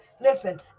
listen